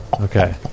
Okay